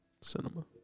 cinema